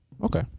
Okay